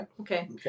Okay